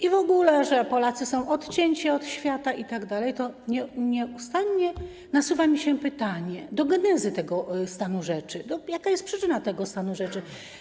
i w ogóle, że Polacy są odcięci od świata itd., to nieustannie nasuwa mi się pytanie odnośnie do genezy tego stanu rzeczy: Jaka jest przyczyna tego stanu rzeczy?